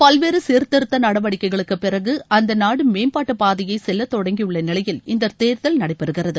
பல்வேறு சீர்திருத்த நடவடிக்கைகளுக்கு பிறகு அந்த நாடு மேம்பாட்டு பாதையை செல்ல தொடங்கியுள்ள நிலையில் இந்த தேர்தல் நடைபெறுகிறது